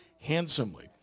handsomely